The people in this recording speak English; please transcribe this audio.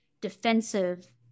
defensive